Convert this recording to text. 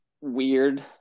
weird